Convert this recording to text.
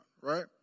right